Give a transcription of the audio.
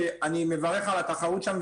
שאני מברך על התחרות שם.